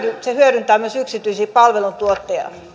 se hyödyntää myös yksityisiä palveluntuottajia